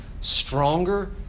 stronger